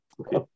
Okay